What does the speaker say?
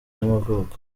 y’amavuko